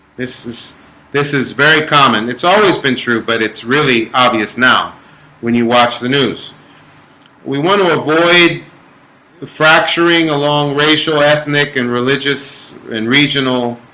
this is this is very common. it's always been true, but it's really obvious now when you watch the news we want to avoid the fracturing along racial ethnic and religious and regional